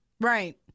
right